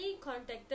contacted